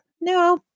No